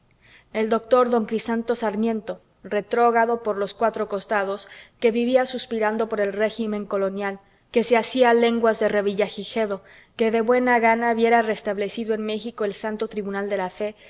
el doctor don crisanto sarmiento retrógrado por los cuatro costados que vivía suspirando por el régimen colonial que se hacía lenguas de revillagigedo que de buena gana viera restablecido en méxico el santo tribunal de la fe